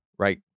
Right